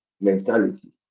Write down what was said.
mentality